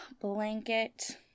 blanket